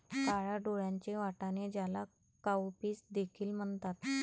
काळ्या डोळ्यांचे वाटाणे, ज्याला काउपीस देखील म्हणतात